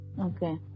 Okay